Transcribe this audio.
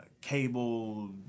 cable